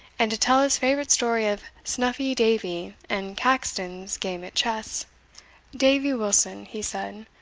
and to tell his favourite story of snuffy davie and caxton's game at chess davy wilson, he said,